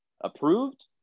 approved